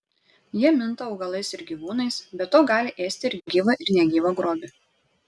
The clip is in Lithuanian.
jie minta augalais ir gyvūnais be to gali ėsti ir gyvą ir negyvą grobį